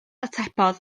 atebodd